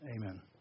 Amen